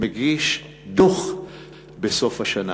מגיש דוח בסוף השנה,